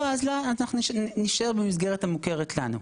אנחנו נישאר במסגרת המוכרת לנו.